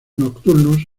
nocturnos